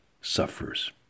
suffers